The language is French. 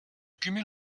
cumul